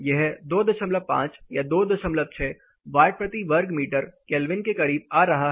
यह 25 या 26 वाट प्रति वर्ग मीटर केल्विन के करीब आ रहा है